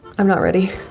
i'm not ready.